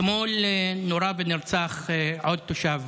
אתמול נורה ונרצח עוד תושב